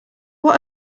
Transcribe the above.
what